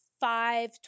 five